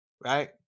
right